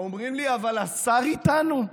אומרים לי: אבל השר איתנו,